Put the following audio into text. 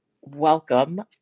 welcome